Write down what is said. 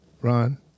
Ron